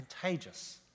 contagious